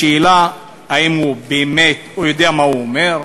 השאלה האם הוא באמת, הוא יודע מה הוא אומר?